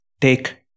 take